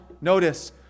notice